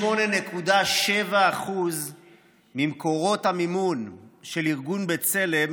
98.7% ממקורות המימון של ארגון בצלם